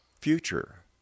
future